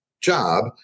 job